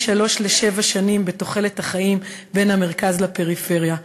שלוש לשבע שנים בתוחלת החיים בין המרכז לפריפריה.